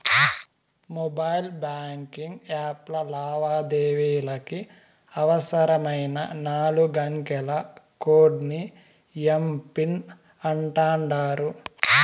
mobile banking యాప్ల లావాదేవీలకి అవసరమైన నాలుగంకెల కోడ్ ని ఎమ్.పిన్ అంటాండారు